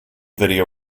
video